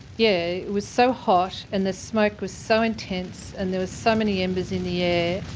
yeah was so hot and the smoke was so intense and there was so many embers in the air.